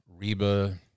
Reba